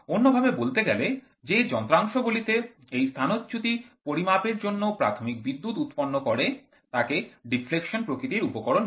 অন্য ভাবে বলতে গেলে যে যন্ত্রাংশগুলিতে এই স্থানচ্যুতি পরিমাপের জন্য প্রাথমিক বিদ্যুৎ উৎপন্ন করে তাকে ডিফ্লেকশন প্রকৃতির উপকরণ বলে